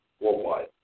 worldwide